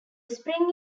spring